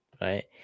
Right